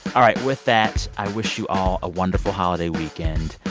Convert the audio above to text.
all right. with that, i wish you all a wonderful holiday weekend,